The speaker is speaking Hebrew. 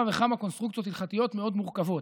וכמה קונסטרוקציות הלכתיות מאוד מורכבות.